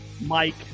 Mike